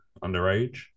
underage